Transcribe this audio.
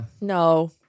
No